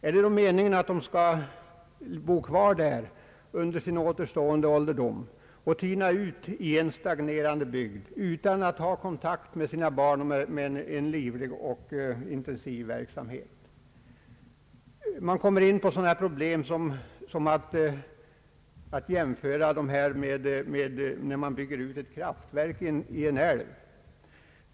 är det meningen att de skall bo kvar där under sin återstående ålderdom och tyna bort i en stagnerande bygd utan att ha kontakt med sina barn och med en livlig och intensiv verksamhet? Dessa problem är jämförbara med dem som uppstår när man bygger ut ett kraftverk i en älv.